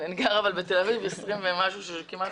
אבל אני גרה בתל אביב 20 ומשהו שנים.